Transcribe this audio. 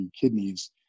kidneys